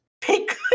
pick